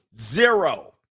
zero